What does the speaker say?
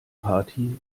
party